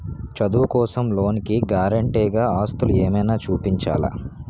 చదువు కోసం లోన్ కి గారంటే గా ఆస్తులు ఏమైనా చూపించాలా?